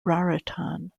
raritan